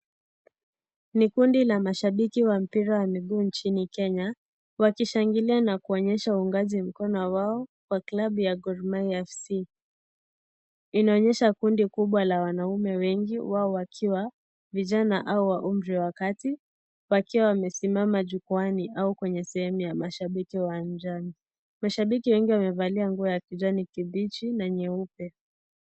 Ni kundi la mashabiki wa mpira wa miguu nchini kenya wakishangilia na kuonyesha unganji wa mkono wao wa klabu ya Gor Mahia FC. Inaonyesha kundi kubwa la wanaume wengi wao wakiwa vijana wa umri wa kati wakiwa wamesimama jukuani au kwenye sehemu ya mashabiki uwanjani. Mashabiki wengi wamevalia nguo ya kijani kibichi na nyeupe.